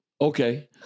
Okay